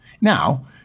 Now